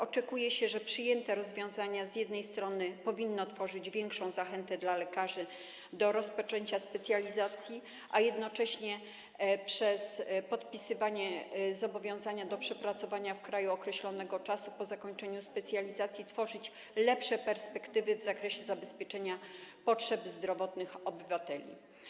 Oczekuje się, że przyjęte rozwiązania z jednej strony powinny tworzyć większą zachętę dla lekarzy do rozpoczęcia specjalizacji, a jednocześnie przez podpisywanie zobowiązania do przepracowania w kraju określonego czasu po zakończeniu specjalizacji tworzyć lepsze perspektywy w zakresie zabezpieczenia potrzeb zdrowotnych obywateli.